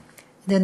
בבקשה, גברתי.